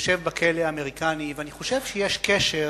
יושב בכלא האמריקני, ואני חושב שיש קשר